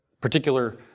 particular